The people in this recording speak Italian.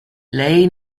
lei